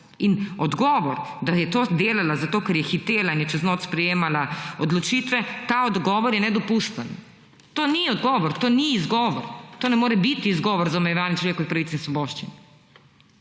Odgovor, da je to delala, zato ker je hitela in je čez noč sprejemala odločitve, je nedopusten. To ni odgovor, to ni izgovor, to ne more biti izgovor za omejevanje človekovih pravic in svoboščin.